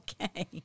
Okay